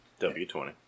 W20